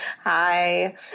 hi